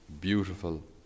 beautiful